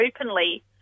openly